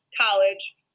college